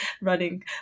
running